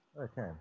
Okay